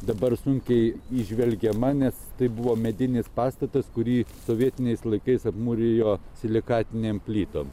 dabar sunkiai įžvelgiama nes tai buvo medinis pastatas kurį sovietiniais laikais apmūrijo silikatinėm plytom